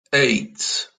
eight